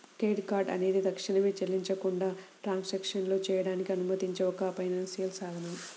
credit card అనేది తక్షణమే చెల్లించకుండా ట్రాన్సాక్షన్లు చేయడానికి అనుమతించే ఒక ఫైనాన్షియల్ సాధనం